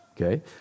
Okay